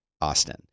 Austin